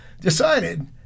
decided